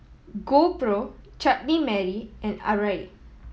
GoPro Chutney Mary and Arai